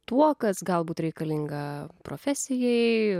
tuo kas galbūt reikalinga profesijai